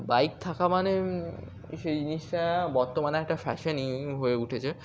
bike থাকা মানে সেই জিনিসটা বর্তমানে একটা ফ্যাশানই হয়ে উঠেছে